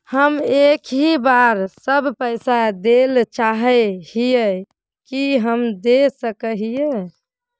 हम एक ही बार सब पैसा देल चाहे हिये की हम दे सके हीये?